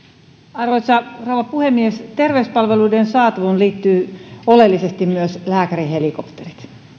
arvoisa rouva puhemies terveyspalveluiden saatavuuteen liittyvät oleellisesti myös lääkärihelikopterit